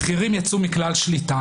המחירים יצאו מכלל שליטה.